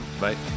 Bye